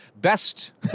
best